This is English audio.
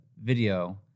video